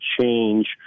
change